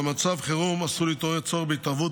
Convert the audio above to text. במצב חירום עשוי להתעורר צורך בהתערבות